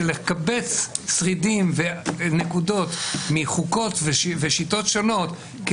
שלקבץ שרידים ונקודות מחוקות ושיטות שונות,